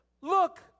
look